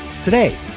today